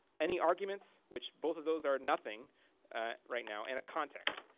any arguments, which both of those are nothing right now, and a context.